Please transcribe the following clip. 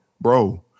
Bro